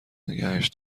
نگهش